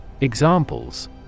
Examples